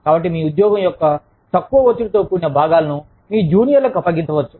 కాబట్టి మీ ఉద్యోగం యొక్క తక్కువ ఒత్తిడితో కూడిన భాగాలను మీ జూనియర్లకు అప్పగించవచ్చు